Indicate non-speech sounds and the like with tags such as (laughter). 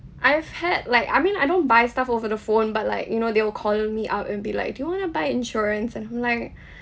I've had like I mean like I don't buy stuff over the phone but like you know they will call me up and be like do you want to buy insurance and I'm like (breath)